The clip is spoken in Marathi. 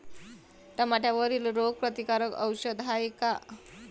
टमाट्यावरील रोग प्रतीकारक औषध हाये का?